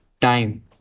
time